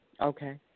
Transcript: okay